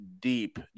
deep